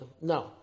no